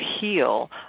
heal